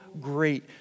great